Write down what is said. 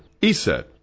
ESET